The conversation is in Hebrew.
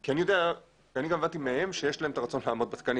אני גם הבנתי מהם שיש להם את הרצון לעמוד בתקנים